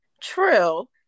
true